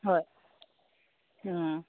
ꯍꯣꯏ ꯎꯝ